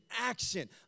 action